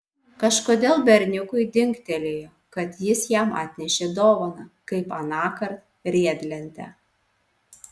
kažkodėl berniukui dingtelėjo kad jis jam atnešė dovaną kaip anąkart riedlentę